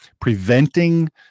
preventing